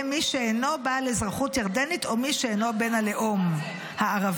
מי שאינו בעל אזרחות ירדנית או מי שאינו בן הלאום הערבי.